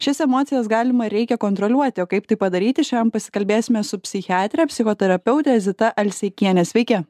šias emocijas galima ir reikia kontroliuoti o kaip tai padaryti šiandien pasikalbėsime su psichiatre psichoterapeute zita alseikiene sveiki